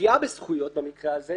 הפגיעה בזכויות במקרה הזה,